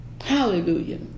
Hallelujah